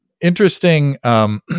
interesting